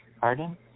Pardon